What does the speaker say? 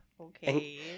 Okay